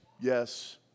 Yes